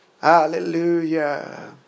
Hallelujah